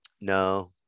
No